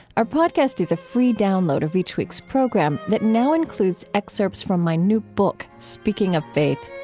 our podcast is a free download of each week's program that now includes excerpts from my new book, speaking of faith.